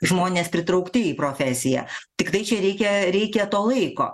žmonės pritraukti į profesiją tiktai čia reikia reikia to laiko